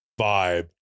vibe